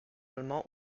allemand